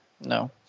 No